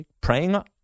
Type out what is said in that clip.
praying